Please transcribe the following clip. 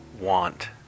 want